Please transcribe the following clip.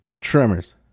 Tremors